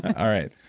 all right.